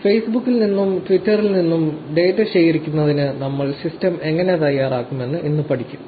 ഫേസ്ബുക്കിൽ നിന്നും ട്വിറ്ററിൽ നിന്നും ഡാറ്റ ശേഖരിക്കുന്നതിന് നമ്മൾ സിസ്റ്റം എങ്ങനെ തയ്യാറാക്കാമെന്ന് ഇന്ന് പഠിക്കും